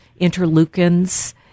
interleukins